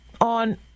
on